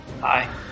Hi